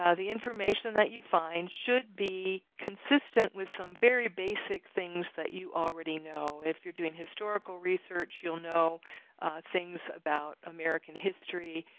ah the information that you find should be consistent with some very basic things that you already know. if you're doing historical research, you'll know things about american history